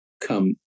come